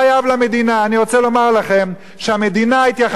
אני רוצה לומר לכם שהמדינה התייחסה בצורה